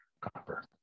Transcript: copper